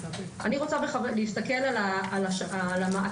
אני רוצה להסתכל על המעטפת.